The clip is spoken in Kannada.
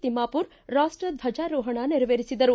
ತಿಮ್ನಾಪುರ ರಾಷ್ಷ ಧ್ವಜಾರೋಹಣ ನೆರವೇರಿಸಿದರು